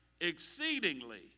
exceedingly